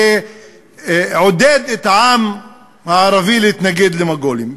ועודד את העם הערבי להתנגד למונגולים,